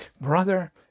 brother